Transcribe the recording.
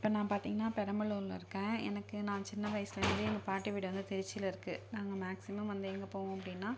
இப்போ நான் பார்த்திங்கன்னா பெரம்பலூரில் இருக்கேன் எனக்கு நான் சின்ன வயசுலேருந்தே எங்கள் பாட்டி வீடு வந்து திருச்சியில் இருக்கு நாங்கள் மேக்ஸிமம் வந்து எங்கே போவோம் அப்படின்னா